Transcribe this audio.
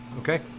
Okay